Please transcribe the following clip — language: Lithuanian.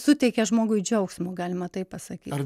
suteikia žmogui džiaugsmo galima taip pasakyt